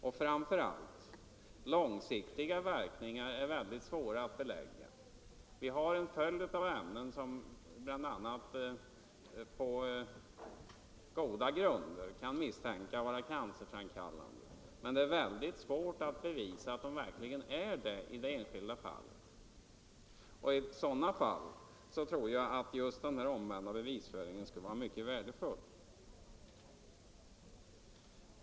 Framför allt är långsiktiga verkningar mycket svåra att belägga. Vi har bl.a. en rad av ämnen som på goda grunder kan misstänkas vara cancerframkallande, men det är mycket svårt att bevisa att de verk ligen är det i enskilda fall. I sådana fall tror jag att just den omvända bevisföringen skulle vara mycket värdefull.